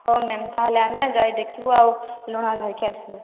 ହେଉ ମ୍ୟାମ ତାହାଲେ ଆମେ ଯାଇ ଦେଖିବୁ ଆଉ ଲୁଣ ଧରିକି ଆସିବୁ